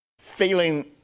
feeling